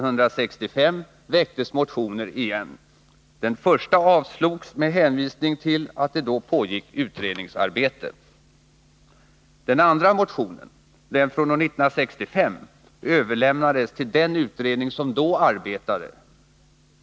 hänvisning till att det då pågick utredningsarbete. Den andra motionen-den Nr 30 från år 1965 — överlämnades till den utredning som då arbetade.